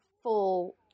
full